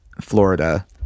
Florida